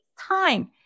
time